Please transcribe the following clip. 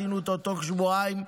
עשינו אותו תוך שבועיים,